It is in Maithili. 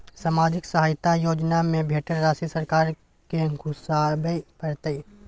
सामाजिक सहायता योजना में भेटल राशि सरकार के घुराबै परतै?